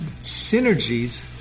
synergies